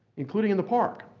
including in the park.